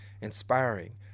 inspiring